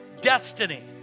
destiny